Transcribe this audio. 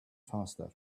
faster